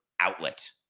outlet